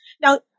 Now